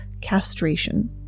castration